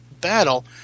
battle